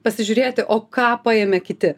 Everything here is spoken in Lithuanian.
pasižiūrėti o ką paėmė kiti